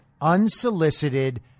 unsolicited